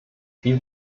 viel